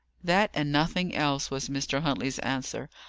that, and nothing else, was mr. huntley's answer.